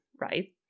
right